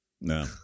no